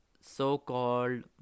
so-called